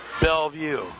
Bellevue